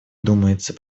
думается